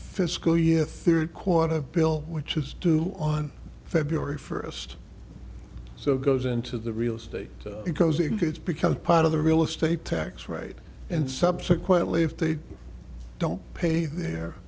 fiscal year third quarter bill which is two on february first so it goes into the real state because it includes become part of the real estate tax rate and subsequently if they don't pay their